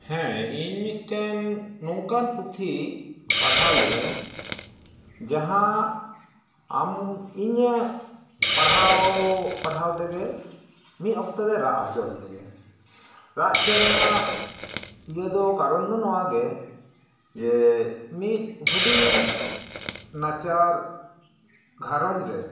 ᱦᱮᱸ ᱤᱧ ᱢᱤᱫᱴᱮᱱ ᱱᱚᱝᱠᱟᱱ ᱯᱩᱛᱷᱤ ᱯᱟᱲᱦᱟᱣ ᱞᱮᱜᱟᱹᱧ ᱡᱟᱦᱟᱸ ᱟᱢ ᱤᱧᱟᱹᱜ ᱯᱟᱲᱦᱟᱣ ᱯᱟᱲᱦᱟᱣ ᱛᱮᱜᱮ ᱢᱤᱫ ᱚᱠᱛᱚ ᱫᱚᱭ ᱨᱟᱜ ᱦᱚᱪᱚ ᱞᱮᱫᱮᱧᱟ ᱨᱟᱜ ᱚᱪᱚ ᱨᱮᱱᱟᱜ ᱤᱭᱟᱹᱫᱚ ᱠᱟᱨᱚᱱᱫᱚ ᱱᱚᱣᱟ ᱜᱮ ᱡᱮ ᱢᱤᱫ ᱦᱩᱰᱤᱧ ᱱᱟᱪᱟᱨ ᱜᱷᱟᱨᱚᱸᱡᱽ ᱨᱮ